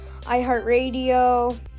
iHeartRadio